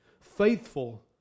Faithful